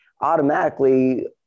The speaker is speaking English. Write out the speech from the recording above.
automatically